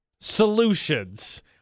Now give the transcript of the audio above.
solutions